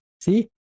see